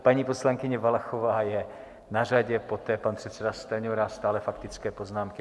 Paní poslankyně Valachová je na řadě, poté pan předseda Stanjura, stále faktické poznámky.